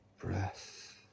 breath